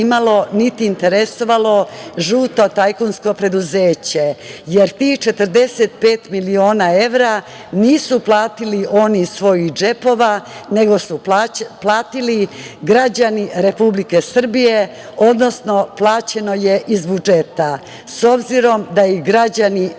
niti interesovalo žuto tajkunsko preduzeće, jer tih 45 miliona evra nisu platili oni iz svojih džepova, nego su platili građani Republike Srbije, odnosno plaćeno je iz budžeta.S obzirom da ih građani nisu